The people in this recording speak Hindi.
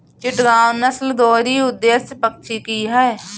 चिटगांव नस्ल दोहरी उद्देश्य पक्षी की है